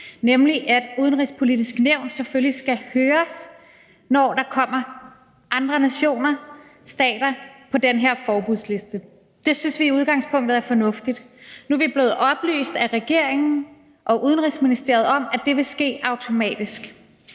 nemlig at Det Udenrigspolitiske Nævn selvfølgelig skal høres, når der kommer andre nationer og stater på den her forbudsliste. Det synes vi i udgangspunktet er fornuftigt. Nu er vi blevet oplyst af regeringen og Udenrigsministeriet om, at det vil ske automatisk,